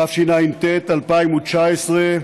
התשע"ט 2019,